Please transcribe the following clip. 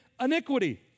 iniquity